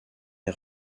est